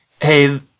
hey